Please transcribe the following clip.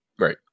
Right